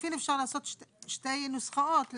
לחלופין אפשר לעשות שתי נוסחאות לבחירה.